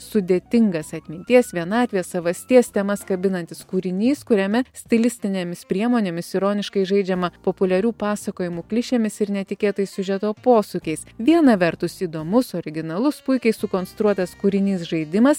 sudėtingas atminties vienatvės savasties temas kabinantis kūrinys kuriame stilistinėmis priemonėmis ironiškai žaidžiama populiarių pasakojimų klišėmis ir netikėtais siužeto posūkiais viena vertus įdomus originalus puikiai sukonstruotas kūrinys žaidimas